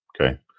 Okay